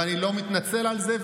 ואני לא מתנצל על זה.